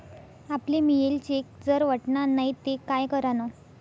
आपले मियेल चेक जर वटना नै ते काय करानं?